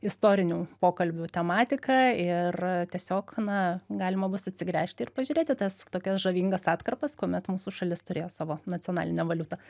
istorinių pokalbių tematika ir a tiesiog na galima bus atsigręžti ir pažiūrėti tas tokias žavingas atkarpas kuomet mūsų šalis turėjo savo nacionalinę valiutą